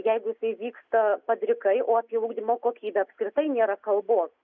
jeigu tai vyksta padrikai o apie ugdymo kokybę apskritai nėra kalbos